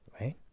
Right